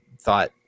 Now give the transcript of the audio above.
thought